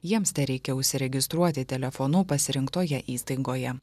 jiems tereikia užsiregistruoti telefonu pasirinktoje įstaigoje